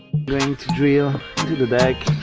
going to drill into the deck